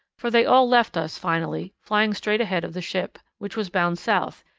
for they all left us finally, flying straight ahead of the ship, which was bound south,